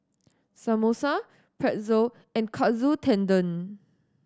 Samosa Pretzel and Katsu Tendon